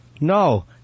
No